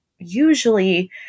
usually